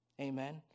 Amen